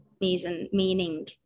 meaning